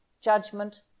judgment